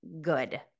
good